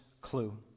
clue